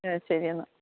ക്കെ ശരി എന്നാൽ